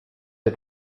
der